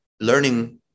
learning